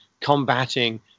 combating